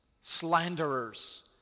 slanderers